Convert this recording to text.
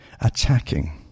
attacking